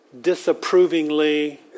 disapprovingly